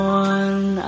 one